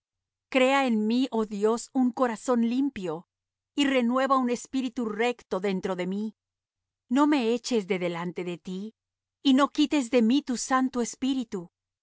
crea en mí oh dios un corazón limpio y renueva un espíritu recto dentro de mí no me eches de delante de ti y no quites de mí tu santo espíritu